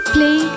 Play